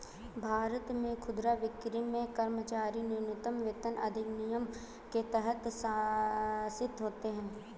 भारत में खुदरा बिक्री में कर्मचारी न्यूनतम वेतन अधिनियम के तहत शासित होते है